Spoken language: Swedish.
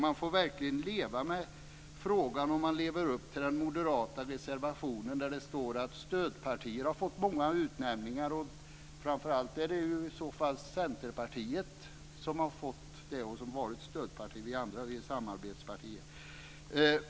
Man får verkligen leva med frågan om man lever upp till det som står i den moderata reservationen, nämligen att stödpartier har fått många utnämningar. Det är framför allt Centerpartiet som har fått det och varit ett stödparti. Vi andra är samarbetspartier.